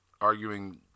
arguing